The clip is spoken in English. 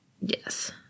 Yes